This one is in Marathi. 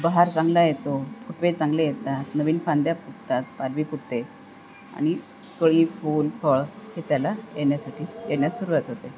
बहार चांगला येतो फुटवे चांगले येतात नवीन फांद्या फुटतात पालवी फुटते आणि कळी फूल फळ हे त्याला येण्यासाठी येण्यास सुरवात होते